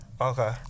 Okay